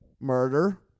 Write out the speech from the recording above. murder